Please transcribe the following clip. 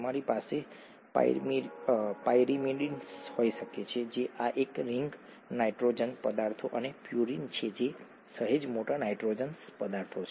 તમારી પાસે પાયરિમિડિન્સ હોઈ શકે છે જે આ એક રિંગ નાઇટ્રોજનસ પદાર્થો અને પ્યુરિન છે જે સહેજ મોટા નાઇટ્રોજનસ પદાર્થો છે